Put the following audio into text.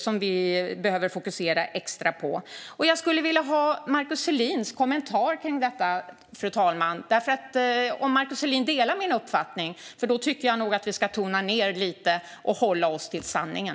som vi behöver fokusera extra på. Jag skulle vilja ha Markus Selins kommentar kring detta, fru talman. Delar Markus Selin min uppfattning? Då tycker jag nog att vi ska tona ned lite och hålla oss till sanningen.